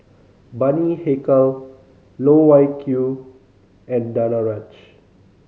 Bani Haykal Loh Wai Kiew and Danaraj